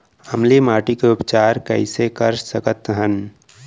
अम्लीय माटी के उपचार कइसे कर सकत हन?